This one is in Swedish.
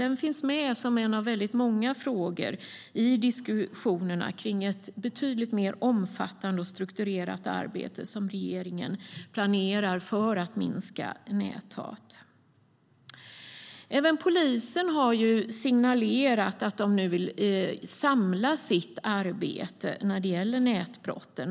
Den finns med som en av väldigt många frågor i diskussionerna kring ett betydligt mer omfattande och strukturerat arbete som regeringen planerar för att minska näthatet. Även polisen har signalerat att de nu vill samla sitt arbete när det gäller nätbrotten.